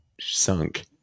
sunk